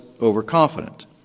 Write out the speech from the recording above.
overconfident